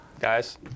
guys